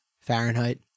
Fahrenheit